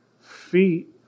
feet